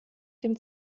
dem